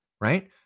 right